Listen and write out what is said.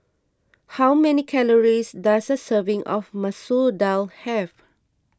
how many calories does a serving of Masoor Dal have